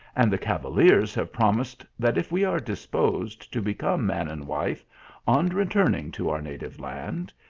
and the cavaliers have promised that if we are disposed to become man and wife on returning to our native land,